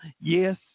Yes